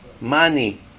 Money